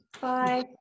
Bye